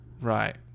Right